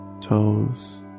toes